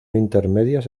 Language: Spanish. intermedias